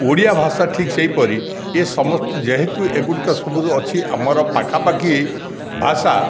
ଓଡ଼ିଆ ଭାଷା ଠିକ୍ ସେହିପରି ଏସମସ୍ତ ଯେହେତୁ ଏଗୁଡ଼ିକ ସବୁ ଅଛି ଆମର ପାଖାପାଖି ଭାଷା